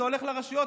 זה הולך לרשויות,